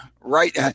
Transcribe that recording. right